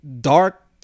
dark